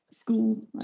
school